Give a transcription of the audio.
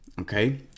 okay